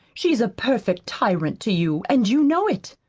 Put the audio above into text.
she's a perfect tyrant to you, and you know it.